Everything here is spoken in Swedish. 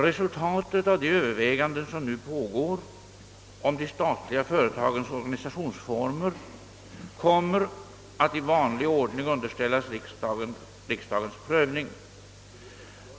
Resultatet av de överväganden som nu pågår om de statliga företagens <organisationsformer kommer att i vanlig ordning underställas riksdagens prövning.